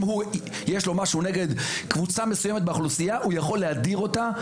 אם הוא יש לו משהו נגד קבוצה מסוימת באוכלוסייה הוא יכול להדיר אותה,